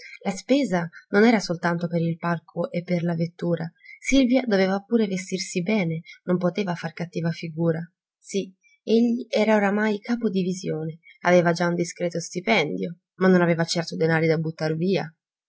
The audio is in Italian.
la spesa non era soltanto per il palco e per la vettura silvia doveva pure vestirsi bene non poteva far cattiva figura sì egli era ormai capo-divisione aveva già un discreto stipendio ma non aveva certo denari da buttar via